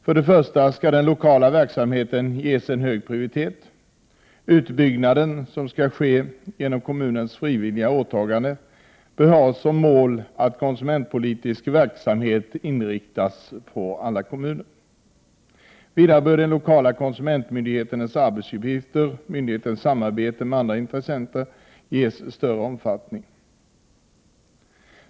För det första skall den lokala verksamheten ges hög prioritet. Utbyggnaden, som skall ske genom kommunernas frivilliga åtaganden, bör ha som mål att konsumentpolitisk verksamhet inrättas i alla kommuner. Vidare bör de lokala konsumentmyndigheternas arbetsuppgifter och myndigheternas samarbete med andra intressenter ges större omfattning.